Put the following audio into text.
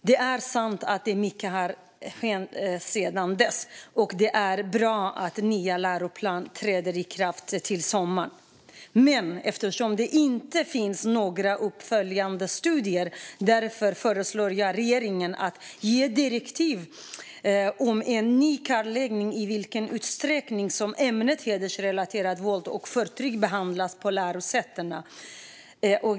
Det är sant att mycket har hänt sedan dess, och det är bra att nya läroplaner träder i kraft till sommaren. Men eftersom det inte finns några uppföljande studier föreslår jag att regeringen ska ge direktiv om en ny kartläggning av i vilken utsträckning ämnet hedersrelaterat våld och förtryck behandlas på lärosätena.